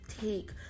take